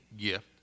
gift